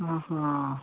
ఆహా